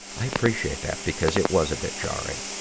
i appreciate that, because it was a bit jarring.